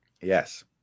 Yes